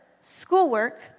schoolwork